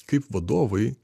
kaip vadovai